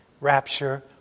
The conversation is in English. rapture